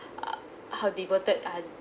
uh how devoted uh